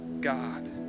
God